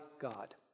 God